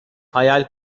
hayal